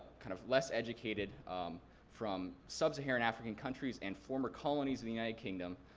kind of less educated from sub-saharan african countries and former colonies in the united kingdom,